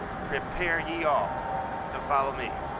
prepare ye all to follow me.